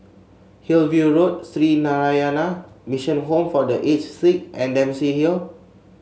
Hillview Road Sree Narayana Mission Home for The Aged Sick and Dempsey Hill